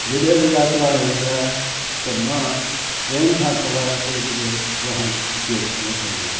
जॾहिं बि यात्रा में वेंदो आहियां त मां ट्रेन खां सवाइ कुझ बि वाहन उपयोग न कंदो आहियां